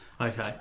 Okay